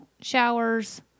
showers